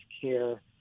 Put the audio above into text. care